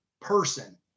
person